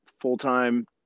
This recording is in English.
full-time